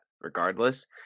regardless